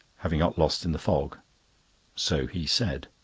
having got lost in the fog so he said.